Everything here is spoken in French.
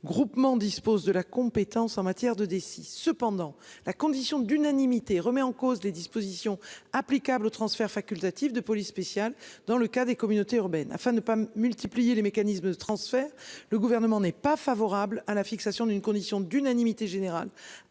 groupement dispose de la compétence en matière de Deci. Cependant, la condition d'unanimité remet en cause les dispositions applicables au transfert facultatif de police spéciale dans le cas des communautés urbaines. Afin de ne pas multiplier les mécanismes de transfert, le Gouvernement n'est pas favorable à la fixation d'une condition générale